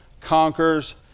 conquers